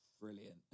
Brilliant